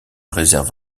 réserve